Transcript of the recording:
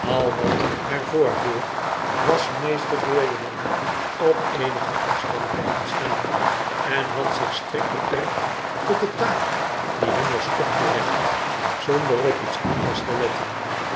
al wat er voorviel was meester graham op eenigen afstand blijven staan en had zich strikt beperkt tot de taak die hem was opgelegd zonder op iets anders te letten